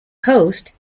post